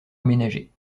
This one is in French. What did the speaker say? aménagée